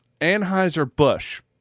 Anheuser-Busch